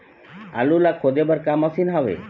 आलू ला खोदे बर का मशीन हावे?